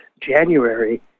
January